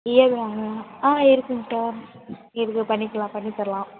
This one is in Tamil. ரியல்மி வாங்கணுமா ஆ இருக்குதுங்க சார் இருக்குது பண்ணிக்கலாம் பண்ணித்தரலாம்